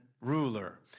ruler